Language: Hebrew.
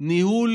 זה ניהול